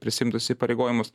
prisiimtus įpareigojimus